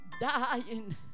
dying